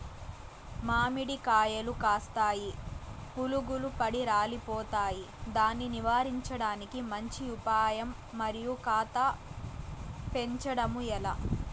మామిడి కాయలు కాస్తాయి పులుగులు పడి రాలిపోతాయి దాన్ని నివారించడానికి మంచి ఉపాయం మరియు కాత పెంచడము ఏలా?